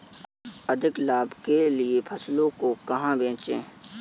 अधिक लाभ के लिए फसलों को कहाँ बेचें?